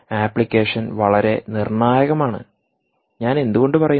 application വളരെ നിർണ്ണായകമാണ് ഞാൻ എന്തുകൊണ്ട് പറയുന്നു